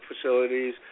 facilities